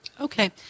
Okay